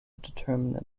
determine